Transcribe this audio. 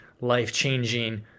life-changing